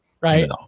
right